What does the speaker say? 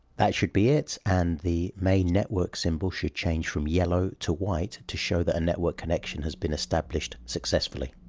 that should be it and the main network symbol should change from yellow to white to show that a network connection has been established successfully.